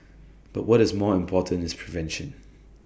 but what is more important is prevention